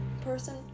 person